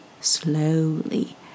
slowly